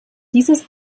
dieses